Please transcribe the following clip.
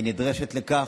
והיא נדרשת לכך,